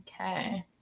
Okay